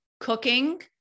cooking